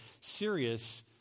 serious